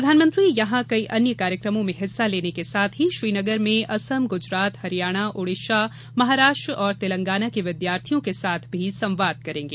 प्रधानमंत्री यहां कई अन्य कार्यक्रमों में हिस्सा लेने के साथ ही श्रीनगर में असम गुजरात हरियाणा ओडिशा महाराष्ट्र और तेलंगाना के विद्यार्थियों के साथ भी संवाद करेंगे